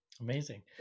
Amazing